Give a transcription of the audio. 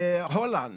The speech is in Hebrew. בהולנד